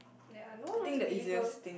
there're no known to be evil